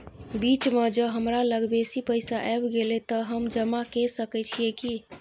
बीच म ज हमरा लग बेसी पैसा ऐब गेले त हम जमा के सके छिए की?